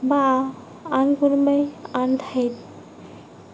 বা আন কোনোবাই আন ঠাইত